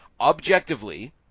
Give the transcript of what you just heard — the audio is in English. Objectively